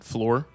Floor